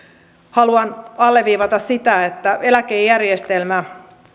haluan alleviivata sitä että eläkejärjestelmä